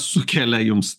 sukelia jums